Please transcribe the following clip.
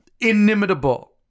inimitable